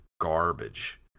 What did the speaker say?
garbage